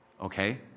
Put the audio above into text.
Okay